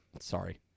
sorry